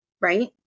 Right